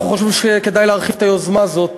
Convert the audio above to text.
אנחנו חושבים שכדאי להרחיב את היוזמה הזאת,